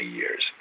years